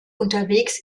unterwegs